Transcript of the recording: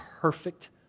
perfect